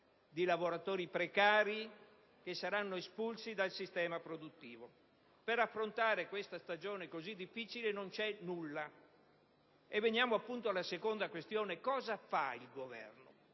di lavoratori precari che saranno espulsi dal sistema produttivo. Per affrontare questa stagione così difficile non c'è nulla, e qui si viene alla seconda questione: cosa fa il Governo?